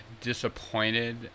disappointed